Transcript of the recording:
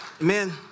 Amen